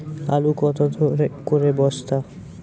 আলু কত করে বস্তা?